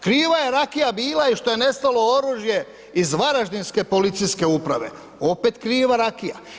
Kriva je rakija bila i što je nestalo oružje iz varaždinske policijske uprave, opet kriva rakija.